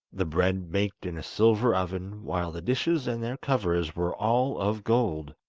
the bread baked in a silver oven, while the dishes and their covers were all of gold.